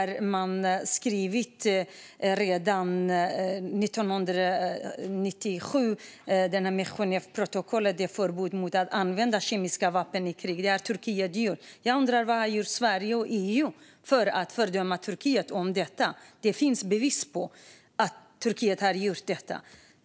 Redan 1997 skrev man i Genèveprotokollet om förbud mot att använda kemiska vapen i krig. Detta har Turkiet gjort, och jag undrar vad Sverige och EU gör för att fördöma Turkiet när det gäller det. Det finns bevis för att Turkiet har gjort det.